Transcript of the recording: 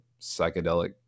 psychedelic